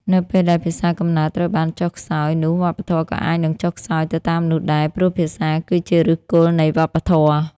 នៅពេលដែលភាសាកំណើតត្រូវបានចុះខ្សោយ នោះវប្បធម៌ក៏អាចនឹងចុះខ្សោយទៅតាមនោះដែរ ព្រោះភាសាគឺជាឫសគល់នៃវប្បធម៌។